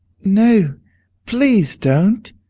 no please don't!